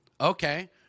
Okay